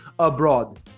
abroad